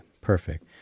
perfect